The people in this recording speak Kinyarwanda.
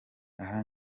aya